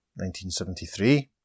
1973